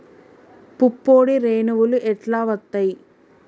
పుప్పొడి రేణువులు ఎట్లా వత్తయ్?